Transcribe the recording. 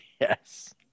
Yes